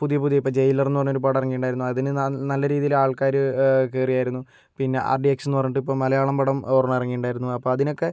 പുതിയ പുതിയ ഇപ്പോൾ ജയിലറ്ന്ന് പറഞ്ഞൊരു പടം ഇറങ്ങിയിട്ടുണ്ടായിരുന്നു അതിന് ന നല്ല രീതിയില് ആൾക്കാര് കയറിയായിരുന്നു പിന്നെ ആർ ഡി എക്സെന്ന് പറഞ്ഞിട്ട് ഇപ്പം മലയാളം പടം ഒരെണ്ണം ഇറങ്ങിയിട്ടുണ്ടായിരുന്നു അപ്പോൾ അതിനൊക്കെ